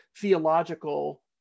theological